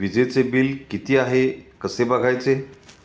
वीजचे बिल किती आहे कसे बघायचे?